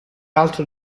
altro